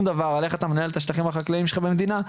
דבר על איך אתה מנהל את השטחים החקלאים שלך במדינה,